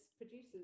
producers